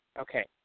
Okay